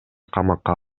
камакка